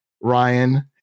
Ryan